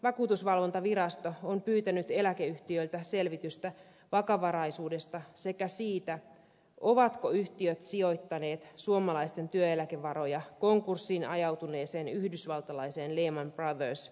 vakuutusvalvontavirasto on pyytänyt eläkeyhtiöiltä selvitystä vakavaraisuudesta sekä siitä ovatko yhtiöt sijoittaneet suomalaisten työeläkevaroja konkurssiin ajautuneeseen yhdysvaltalaiseen lehman brothers investointipankkiin